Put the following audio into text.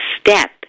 step